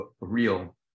real